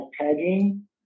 pegging